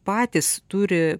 patys turi